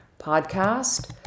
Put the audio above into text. podcast